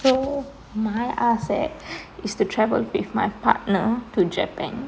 so my ஆசை:aasai is to travel with my partner to japan